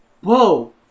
Whoa